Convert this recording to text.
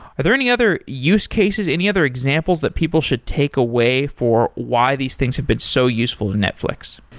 are there any other use cases, any other examples that people should take away for why these things have been so useful in netflix?